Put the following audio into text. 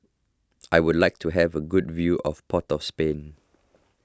I would like to have a good view of Port of Spain